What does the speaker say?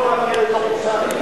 אתמול הייתי ב"דיאלוג בחשכה"